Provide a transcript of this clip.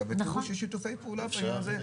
וקואליציה ותיראו את השיתופי פעולה בעניין הזה,